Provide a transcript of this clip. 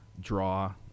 draw